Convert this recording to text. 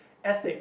ethic